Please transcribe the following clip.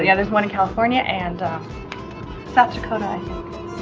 yeah there's one in california and south dakota,